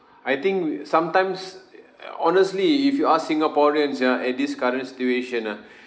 I think we sometimes uh honestly if you ask singaporeans ya at this current situation ah